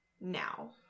now